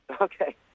Okay